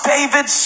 David